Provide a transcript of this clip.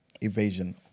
evasion